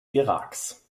iraks